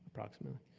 approximately.